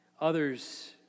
Others